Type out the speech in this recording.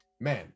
man